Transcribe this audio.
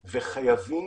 המקומי.